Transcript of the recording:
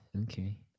okay